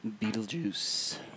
Beetlejuice